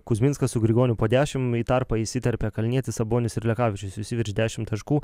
kuzminskas su grigoniu po dešimt į tarpą įsiterpia kalnietis sabonis ir lekavičius visi virš dešimt taškų